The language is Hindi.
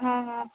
हाँ हाँ